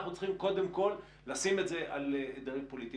אנחנו צריכים קודם כול לשים את זה על דרג פוליטי,